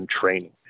training